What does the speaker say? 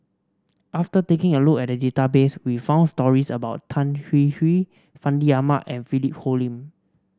after taking a look at the database we found stories about Tan Hwee Hwee Fandi Ahmad and Philip Hoalim